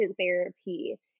therapy